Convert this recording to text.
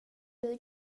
dig